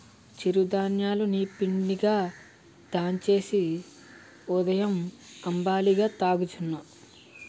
చిరు ధాన్యాలు ని పిండిగా దంచేసి ఉదయం అంబలిగా తాగొచ్చును